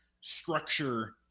structure